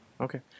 Okay